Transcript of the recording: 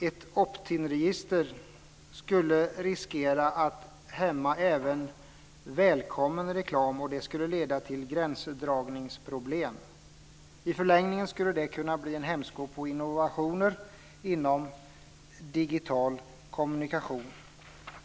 Ett opt in-register skulle riskera att hämma även välkommen reklam och det skulle leda till gränsdragningsproblem. I förlängningen skulle det kunna bli en hämsko på innovationer inom digital kommunikation.